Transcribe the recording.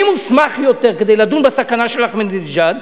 מי מוסמך יותר כדי לדון בסכנה של אחמדינג'אד?